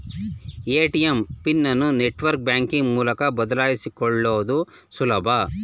ATM PIN ಅನ್ನು internet banking ಮೂಲಕ ಬದಲಾಯಿಸಿಕೊಳ್ಳುದು ಸುಲಭ